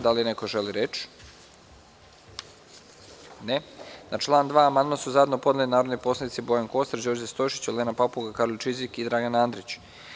Da li neko želi reč? (Ne) Na član 2. amandman su zajedno podneli narodni poslanici Bojan Kostreš, Đorđe Stojšić, Olena Papuga, Karolj Čizik i Dragan Andrić.